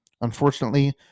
unfortunately